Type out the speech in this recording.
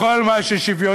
בכל מה ששוויוני,